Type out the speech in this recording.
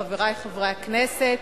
חברי חברי הכנסת,